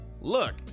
Look